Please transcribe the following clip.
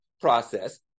process